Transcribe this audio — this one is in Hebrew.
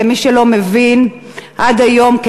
ולמי שלא מבין עד היום,